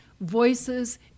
voices